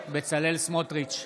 בצלאל סמוטריץ'